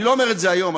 אני לא אומר את זה היום,